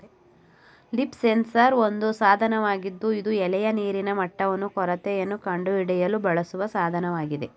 leaf sensor ಒಂದು ಸಾಧನವಾಗಿದ್ದು ಇದು ಎಲೆಯ ನೀರಿನ ಮಟ್ಟವನ್ನು ಕೊರತೆಯನ್ನು ಕಂಡುಹಿಡಿಯಲು ಬಳಸುವ ಸಾಧನವಾಗಿದೆ